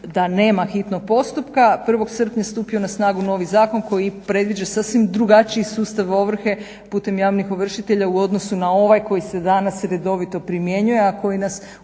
da nema hitnog postupka 1. srpnja stupio na snagu novi zakon koji predviđa sasvim drugačiji sustav ovrhe putem javnih ovršitelja u odnosu na ovaj koji se danas redovito primjenjuje, a koji nas